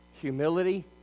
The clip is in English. humility